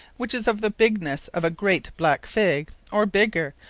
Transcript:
which is of the bignesse of a greate black figge, or bigger,